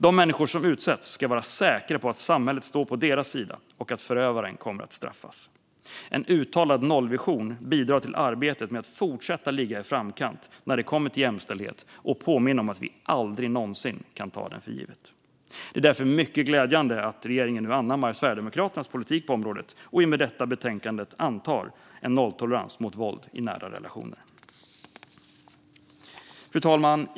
De människor som utsätts ska vara säkra på att samhället står på deras sida och att förövaren kommer att straffas. En uttalad nollvision bidrar till arbetet med att fortsätta ligga i framkant när det kommer till jämställdhet och påminna om att vi aldrig någonsin kan ta den för given. Det är därför mycket glädjande att regeringen nu anammar Sverigedemokraternas politik på området och i och med detta betänkande antar en nolltolerans mot våld i nära relationer. Fru talman!